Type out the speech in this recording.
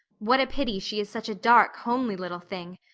what a pity she is such a dark, homely little thing.